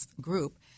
group